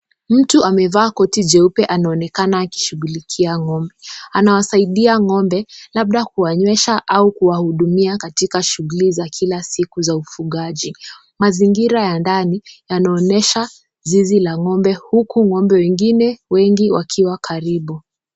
Mtu amevaa koti jeupe anaonekana akishughulikia ng'ombe, anawasaidia ng'ombe labda kuwanywesha au kuwa hudumia katika shughuli za kila siku za ufugaji, mazingira ya ndani yanaonyesha zizi la ng'ombe huku ng'ombe wengine wengi wakiwa karibu.